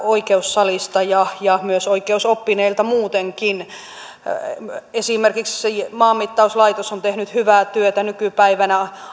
oikeussalista ja ja myös oikeusoppineilta muutenkin esimerkiksi maanmittauslaitos on tehnyt hyvää työtä nykypäivänä